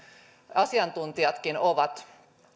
asiantuntijatkin ovat